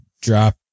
drop